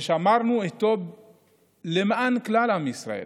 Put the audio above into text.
ושמרנו אותו למען כלל עם ישראל.